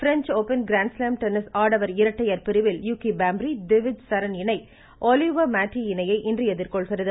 French Open grand slam tennis ஆடவர் இரட்டையர் பிரிவில் யூகி பாம்ப்ரி திவிஜ் சரண் இணை ஆலிவர் மேட்டி இணையை இன்று எதிர்கொள்கிறது